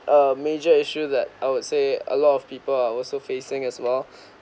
a major issue that I would say a lot of people are also facing as well